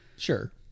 Sure